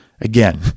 Again